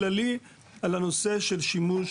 במגילת רות יש את הנושא של נעמי